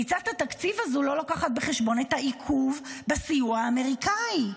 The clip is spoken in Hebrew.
פריצת התקציב הזאת לא לוקחת בחשבון את העיכוב בסיוע האמריקאי.